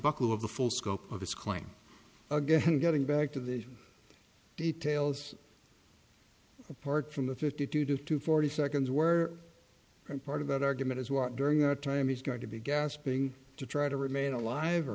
buckle of the full scope of his claim again getting back to the details apart from the fifty two to forty seconds were part of that argument as well during that time it's got to be gasping to try to remain alive or